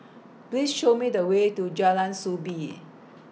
Please Show Me The Way to Jalan Soo Bee